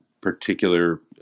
particular